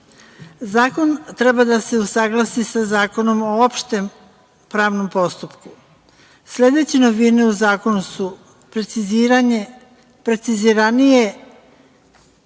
Zakon treba da se usaglasi sa Zakonom o opštem pravnom postupku. Sledeće novine u zakonu su preciziranje